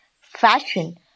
Fashion